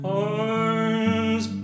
arms